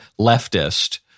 leftist